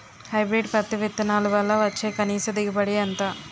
Hybrid పత్తి విత్తనాలు వల్ల వచ్చే కనీస దిగుబడి ఎంత?